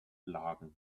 lagen